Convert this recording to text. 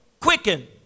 quicken